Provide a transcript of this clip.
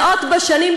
מאות בשנים,